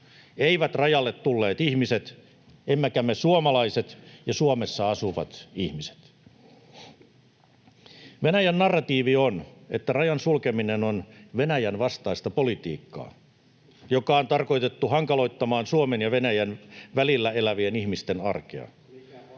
eivät rajalle tulleet ihmiset emmekä me suomalaiset ja Suomessa asuvat ihmiset. Venäjän narratiivi on, että rajan sulkeminen on ”Venäjän vastaista politiikkaa”, joka on tarkoitettu hankaloittamaan Suomen ja Venäjän välillä elävien ihmisten arkea.